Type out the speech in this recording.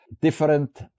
different